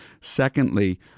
Secondly